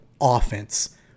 offense